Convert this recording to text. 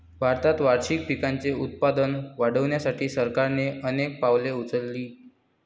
भारतात वार्षिक पिकांचे उत्पादन वाढवण्यासाठी सरकारने अनेक पावले उचलली